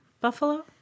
Buffalo